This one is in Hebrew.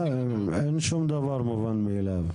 אין שום דבר מובן מאליו.